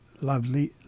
lovely